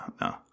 no